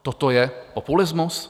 Toto je populismus?